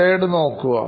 slide നോക്കുക